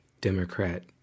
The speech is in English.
Democrat